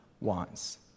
wants